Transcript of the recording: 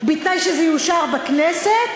בתנאי שזה יאושר בכנסת,